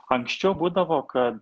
anksčiau būdavo kad